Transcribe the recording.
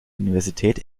universität